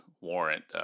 warrant